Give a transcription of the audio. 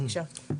בבקשה.